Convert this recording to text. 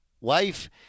wife